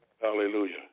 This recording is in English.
Hallelujah